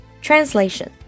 translation